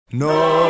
No